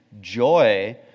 joy